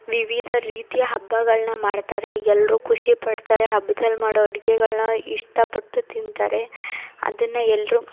ವಿವಿಧ ರೀತಿಯ ಹಬ್ಬಗಳನ್ನ ಮಾಡ್ತಾರೆ ಎಲ್ಲರೂ ಖುಷಿ ಪಡ್ತಾರೆ ಹಬ್ಬದಲ್ಲಿ ಮಾಡೋ ಅಡುಗೆಗಳ್ನ ಇಷ್ಟಪಟ್ಟು ತಿಂತಾರೆ ಅದನ್ನು ಎಲ್ಲರೂ